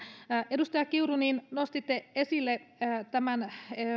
edustaja kiuru nostitte esille